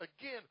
again